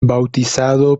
bautizado